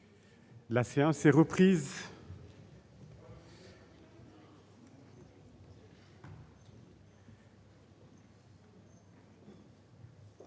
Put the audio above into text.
La séance est reprise.